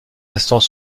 instants